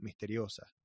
Misteriosa